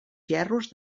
gerros